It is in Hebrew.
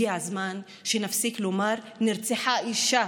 הגיע הזמן שנפסיק לומר "נרצחה אישה",